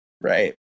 right